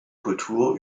kultur